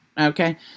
Okay